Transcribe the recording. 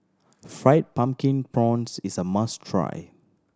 Fried Pumpkin Prawns is a must try